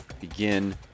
begin